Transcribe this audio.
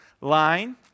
line